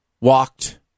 walked